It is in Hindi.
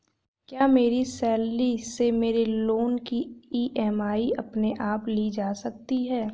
क्या मेरी सैलरी से मेरे लोंन की ई.एम.आई अपने आप ली जा सकती है?